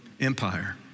Empire